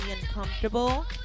uncomfortable